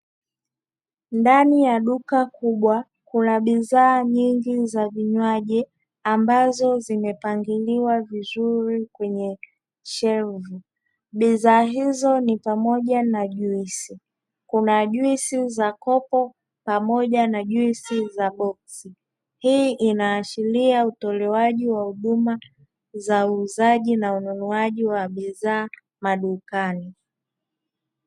Ndani ya duka kubwa kuna bidhaa nyingi za vinywaji, ambazo zimepangiliwa vizuri kwenye mashelfu. Bidhaa hizo ni pamoja na juisi, kuna juisi za kopo pamoja na juisi za boksi. Hii inaashiria utolewaji wa uuzaji na ununuaji wa bidhaa madukani.